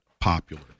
popular